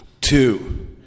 Two